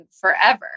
forever